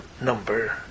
number